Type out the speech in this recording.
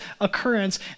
occurrence